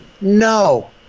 No